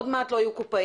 עוד מעט לא יהיו קופאים,